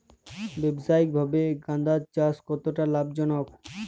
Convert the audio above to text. ব্যবসায়িকভাবে গাঁদার চাষ কতটা লাভজনক?